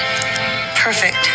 perfect